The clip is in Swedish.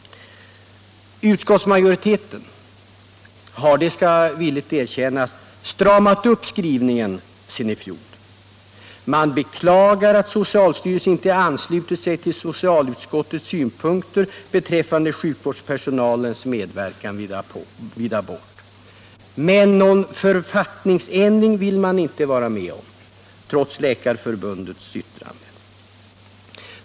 Utskottsmajoriteten har — det skall villigt erkännas — stramat upp skrivningen sedan i fjol. Man beklagar att socialstyrelsen inte anslutit sig till socialutskottets synpunkter beträffande sjukvårdspersonalens med verkan vid abortingrepp. Men någon författningsändring vill man inte vara med om, trots Läkarförbundets yttrande.